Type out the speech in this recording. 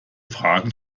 fragen